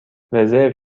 رزرو